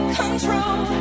control